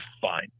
fine